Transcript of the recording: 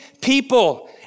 people